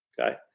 Okay